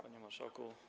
Panie Marszałku!